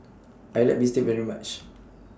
I like Bistake very much